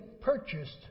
purchased